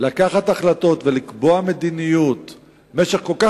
לקחת החלטות ולקבוע מדיניות במשך כל כך